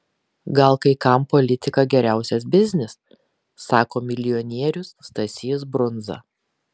gal kai kam politika geriausias biznis sako milijonierius stasys brundza